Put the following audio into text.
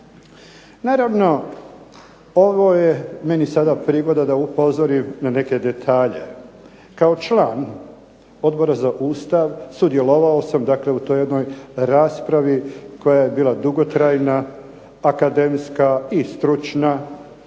Naravno ovo je meni sada prigoda da upozorim na neke detalje. Kao član Odbora za Ustav, sudjelovao sam dakle u toj jednoj raspravi koja je bila dugotrajna, akademska i stručna,